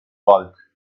bulk